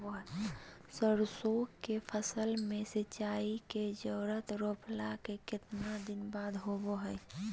सरसों के फसल में सिंचाई के जरूरत रोपला के कितना दिन बाद होबो हय?